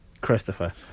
Christopher